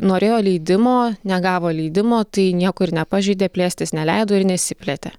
norėjo leidimo negavo leidimo tai nieko ir nepažeidė plėstis neleido ir nesiplėtė